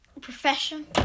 Profession